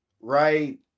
right